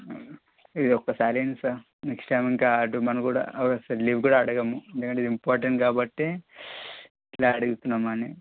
ఇది ఒక్కసారి ఇవ్వండి సార్ నెక్స్ట్ టైమ్ ఇంకా అటు ఇమ్మని కూడా ఒక్క లీవ్ కూడా అడగము ఎందుకంటే ఇది ఇంపార్టెంట్ కాబట్టి ఇలా అడుగుతున్నామని